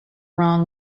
wrong